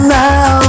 now